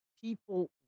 people